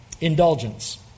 Indulgence